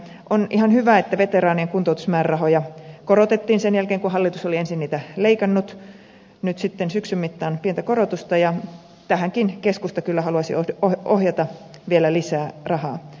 on ihan hyvä että veteraanien kuntoutusmäärärahoja korotettiin sen jälkeen kun hallitus oli ensin niitä leikannut nyt sitten syksyn mittaan pientä korotusta ja tähänkin keskusta kyllä haluaisi ohjata vielä lisää rahaa